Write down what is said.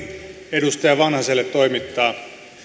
edustaja vanhaselle toimittaa